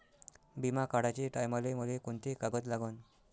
बिमा काढाचे टायमाले मले कोंते कागद लागन?